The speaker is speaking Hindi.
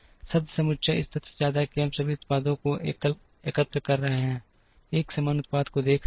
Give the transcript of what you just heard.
शब्द समुच्चय इस तथ्य से आता है कि हम इन सभी उत्पादों को एकत्र कर रहे हैं एक समान उत्पाद को देख रहे हैं